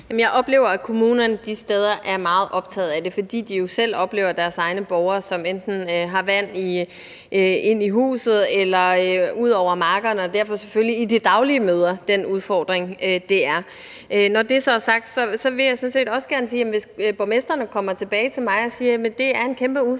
Jeg oplever, at kommunerne de steder er meget optaget af det, fordi de jo selv oplever, at deres egne borgere enten får vand ind i huset eller ud over markerne, og derfor selvfølgelig i det daglige møder den udfordring, det er. Når det så er sagt, vil jeg sådan set også gerne sige, at hvis borgmestrene kommer tilbage til mig og siger, at det er en kæmpe udfordring,